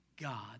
God